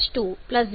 09 H2 0